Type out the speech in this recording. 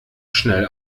schnell